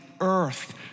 earth